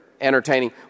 entertaining